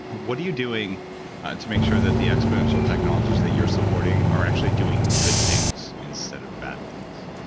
what are you doing to make sure that the exponential technologies that you're supporting are actually doing good things instead of bad things?